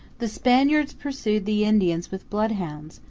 the spaniards pursued the indians with bloodhounds,